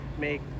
make